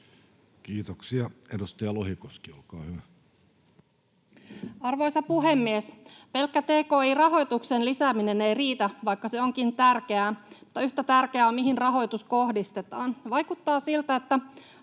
suunnitelmasta Time: 15:03 Content: Arvoisa puhemies! Pelkkä tki-rahoituksen lisääminen ei riitä, vaikka se onkin tärkeää, mutta yhtä tärkeää on se, mihin rahoitus kohdistetaan. Vaikuttaa siltä, että